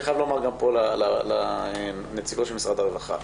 אני חייב לומר פה לנציגות של משרד הרווחה.